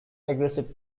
aggressive